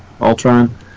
Ultron